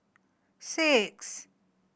six